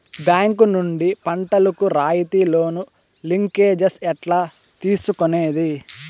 Bank నుండి పంటలు కు రాయితీ లోను, లింకేజస్ ఎట్లా తీసుకొనేది?